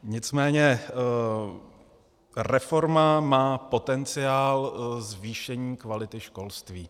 Nicméně reforma má potenciál zvýšení kvality školství.